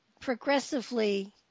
progressively